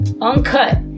uncut